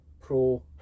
pro